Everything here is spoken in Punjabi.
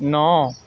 ਨੌਂ